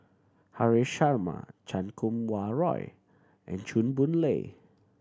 Haresh Sharma Chan Kum Wah Roy and Chew Boon Lay